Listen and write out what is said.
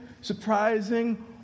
surprising